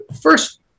first